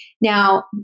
Now